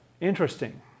Interesting